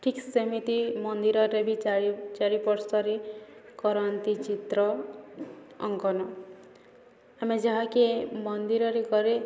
ଠିକ୍ ସେମିତି ମନ୍ଦିରରେ ବି ଚାରି ଚାରି ପାର୍ଶ୍ୱରେ କରନ୍ତି ଚିତ୍ର ଅଙ୍କନ ଆମେ ଯାହାକି ମନ୍ଦିରରେ କରେ